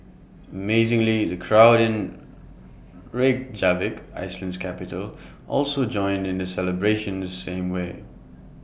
amazingly the crowd in Reykjavik Iceland's capital also joined in the celebration the same way